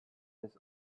this